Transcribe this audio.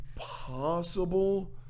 possible